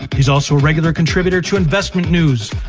he's also a regular contributor to investment news,